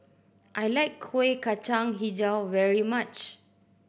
I like Kuih Kacang Hijau very much